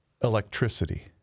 electricity